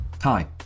Hi